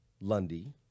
Lundy